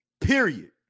Period